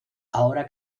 ahora